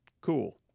cool